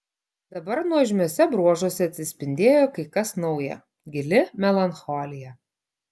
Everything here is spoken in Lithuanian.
dabar nuožmiuose bruožuose atsispindėjo kai kas nauja gili melancholija